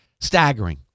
staggering